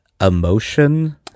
emotion